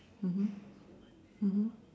mmhmm mmhmm